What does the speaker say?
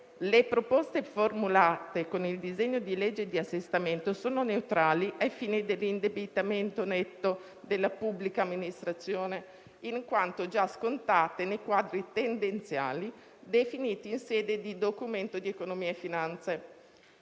Le proposte formulate con il disegno di legge di assestamento sono neutrali ai fini dell'indebitamento netto della pubblica amministrazione, in quanto già scontate nei quadri tendenziali definiti in sede di Documento di economia e finanza